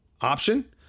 option